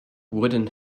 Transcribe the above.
wooden